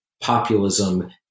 populism